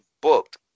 booked